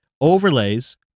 overlays